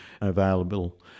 available